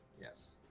Yes